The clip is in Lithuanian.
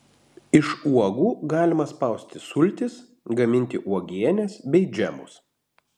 iš uogų galima spausti sultis gaminti uogienes bei džemus